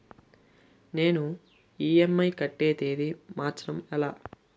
నేను ఇ.ఎం.ఐ కట్టే తేదీ మార్చడం ఎలా?